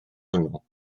hwnnw